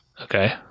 Okay